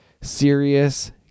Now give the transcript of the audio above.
serious